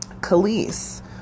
Khalees